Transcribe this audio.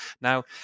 Now